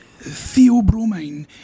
theobromine